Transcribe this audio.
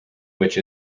which